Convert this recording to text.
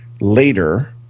later